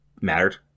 mattered